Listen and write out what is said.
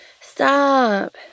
Stop